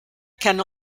can